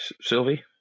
Sylvie